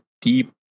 deep